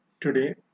today